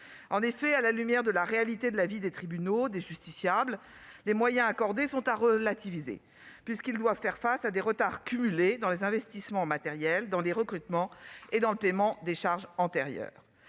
En effet, à la lumière de la réalité de la vie des tribunaux et des justiciables, les moyens accordés sont à relativiser, compte tenu des retards accumulés dans les investissements en matériel, les recrutements et le paiement de charges antérieures.